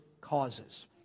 causes